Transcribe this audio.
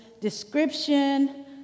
description